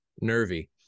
nervy